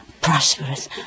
prosperous